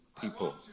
people